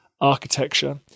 architecture